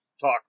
talk